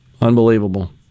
Unbelievable